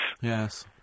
Yes